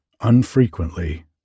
unfrequently